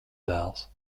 dēls